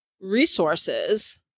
resources